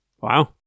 Wow